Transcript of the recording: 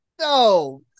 No